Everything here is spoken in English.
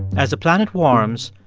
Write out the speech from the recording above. as the planet warms,